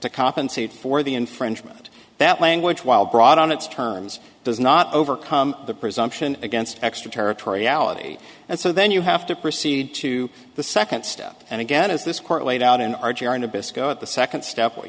to compensate for the infringement that language while brought on its terms does not overcome the presumption against extraterritoriality and so then you have to proceed to the second step and again is this court laid out in our jr nabisco at the second step what